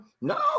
No